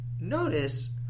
notice